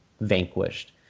vanquished